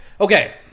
Okay